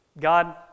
God